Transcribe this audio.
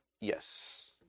Yes